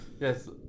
Yes